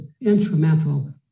instrumental